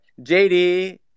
JD